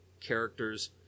characters